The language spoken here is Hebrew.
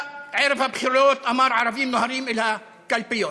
אני שמח שישתלבו, שישתלבו גם בצבא.